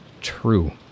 true